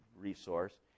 resource